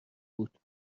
بود